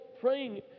praying